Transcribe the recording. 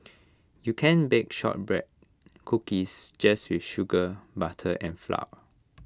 you can bake Shortbread Cookies just with sugar butter and flour